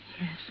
Yes